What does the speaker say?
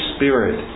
Spirit